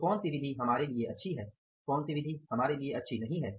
तो कौन सी विधि हमारे लिए अच्छी है कौन सी विधि हमारे लिए अच्छी नहीं है